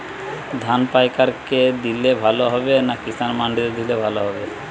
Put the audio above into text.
ধান পাইকার কে দিলে ভালো হবে না কিষান মন্ডিতে দিলে ভালো হবে?